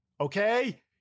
Okay